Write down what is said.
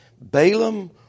Balaam